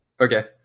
Okay